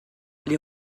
les